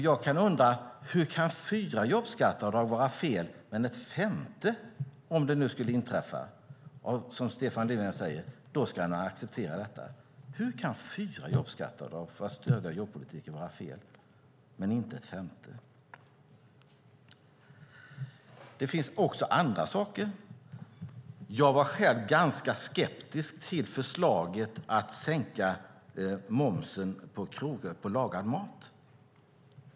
Jag undrar hur fyra jobbskatteavdrag kan vara fel samtidigt som Stefan Löfven säger att han ska acceptera ett femte om det nu skulle införas. Hur kan fyra jobbskatteavdrag för att stödja jobbpolitiken vara fel men inte ett femte? Det finns också andra saker. Jag var själv ganska skeptisk till förslaget att sänka momsen på lagad mat.